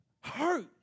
hurt